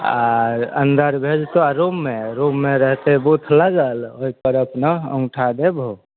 आर अन्दर भेजतो रूममे रूममे रहतै बुथ लगल ओहिपर अपना अँगूठा देबहो